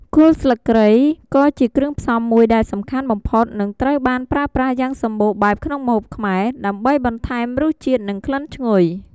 គល់ស្លឹកគ្រៃក៏ជាគ្រឿងផ្សំមួយដែលសំខាន់បំផុតនិងត្រូវបានប្រើប្រាស់យ៉ាងសម្បូរបែបក្នុងម្ហូបខ្មែរ ដើម្បីបន្ថែមរសជាតិ និងក្លិនឈ្ងុយ។